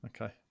Okay